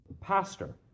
Pastor